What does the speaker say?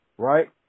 Right